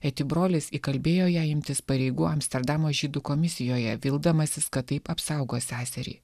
eti brolis įkalbėjo ją imtis pareigų amsterdamo žydų komisijoje vildamasis ka taip apsaugo seserį